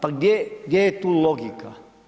Pa gdje je tu logika?